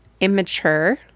immature